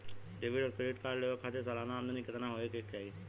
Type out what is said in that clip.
Debit और credit card लेवे के खातिर सलाना आमदनी कितना हो ये के चाही?